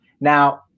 Now